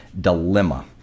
dilemma